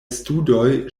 studoj